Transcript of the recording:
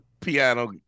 piano